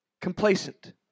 Complacent